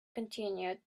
continued